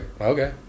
okay